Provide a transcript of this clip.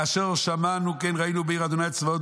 כאשר שמענו כן ראינו בעיר ה' צבאות